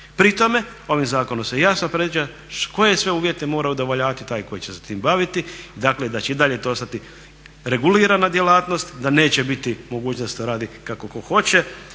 Pri tome, ovim zakonom se jasno predviđa koje sve uvjete mora udovoljavati taj koji će se time baviti, dakle da će i dalje to ostati regulirana djelatnost, da neće biti mogućnost da radi kako tko hoće